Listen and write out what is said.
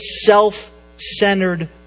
self-centered